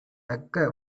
தக்க